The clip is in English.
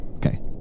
Okay